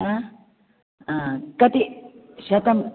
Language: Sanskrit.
आ हा कति शतम्